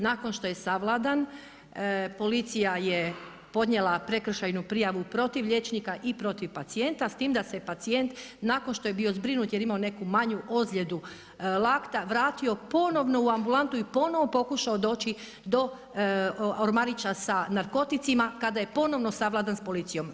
Nakon što je savladan policija je podnijela prekršajnu prijavu protiv liječnika i protiv pacijenta s tim da se pacijent nakon što je bio zbrinut jer je imao neku manju ozljedu lakta vratio ponovno u ambulantu i ponovo pokušao doći do ormarića sa narkoticima kada je ponovno savladan sa policijom.